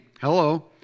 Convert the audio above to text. Hello